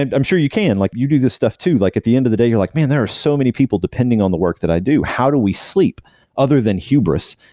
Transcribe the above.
and i'm sure you can, like you do this stuff too. like at the end of the day you're like, man, there are so many people depending on the work that i do. how do we sleep other than hubris?